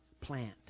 plant